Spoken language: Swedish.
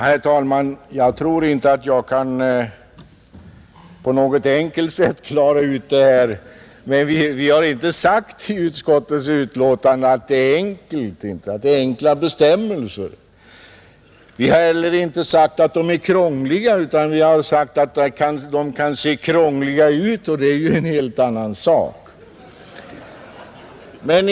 Herr talman! Jag tror inte att jag på ett enkelt sätt kan klara ut denna fråga. Men vi har inte skrivit i utskottets betänkande att bestämmelserna är enkla, och inte heller har vi sagt att de är krångliga. Vi har bara skrivit att de kan se krångliga ut, och det är en helt annan sak.